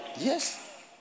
yes